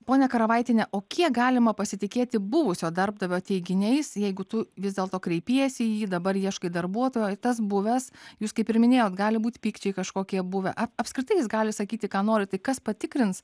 ponia karavaitiene o kiek galima pasitikėti buvusio darbdavio teiginiais jeigu tu vis dėlto kreipiesi į jį dabar ieškai darbuotojo tas buvęs jūs kaip ir minėjote gali būti pykčiai kažkokie buvę apskritai jis gali sakyti ką nori tik kas patikrins